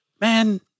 Man